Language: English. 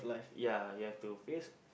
ya you have to face